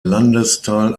landesteil